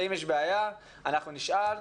שאם יש בעיה אנחנו נשאל,